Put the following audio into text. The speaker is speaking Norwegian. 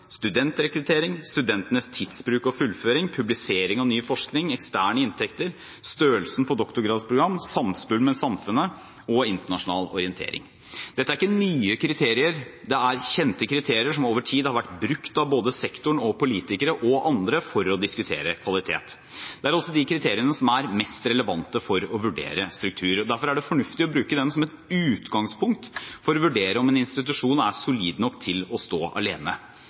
studentrekruttering, studentenes tidsbruk og fullføring, publisering av ny forskning, eksterne inntekter, størrelsen på doktorgradsprogram, samspill med samfunnet og internasjonal orientering. Dette er ikke nye kriterier, det er kjente kriterier som over tid har vært brukt både av sektoren, av politikere og andre for å diskutere kvalitet. Det er også de kriteriene som er mest relevante for å vurdere struktur. Derfor er det fornuftig å bruke dem som et utgangspunkt for å vurdere om en institusjon er solid nok til å stå alene.